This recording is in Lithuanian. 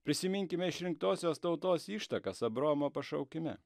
prisiminkime išrinktosios tautos ištakas abraomo pašaukime